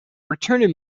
returned